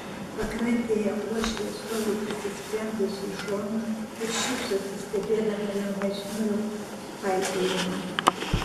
pakrantėje uošvė stovi įsisprendusi į šonus ir šypsosi stebėdama jaunesniųjų paikiojimą